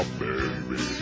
baby